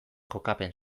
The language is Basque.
kokapen